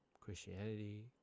Christianity